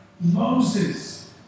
Moses